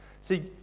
See